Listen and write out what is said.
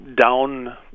down